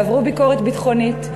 ועברו ביקורת ביטחונית,